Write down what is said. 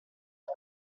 che